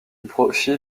profit